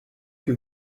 que